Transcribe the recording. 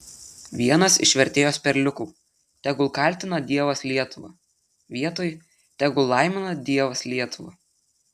vienas iš vertėjos perliukų tegul kaltina dievas lietuvą vietoj tegul laimina dievas lietuvą